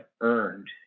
earned